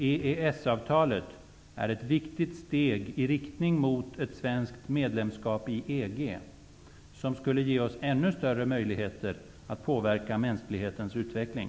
EES-avtalet är ett viktigt steg i riktning mot ett svenskt medlemskap i EG, som skulle ge oss ännu större möjligheter att påverka mänsklighetens utveckling.